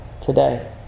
today